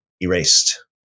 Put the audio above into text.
erased